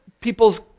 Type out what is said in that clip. people's